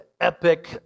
epic